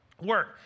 work